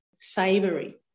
Savory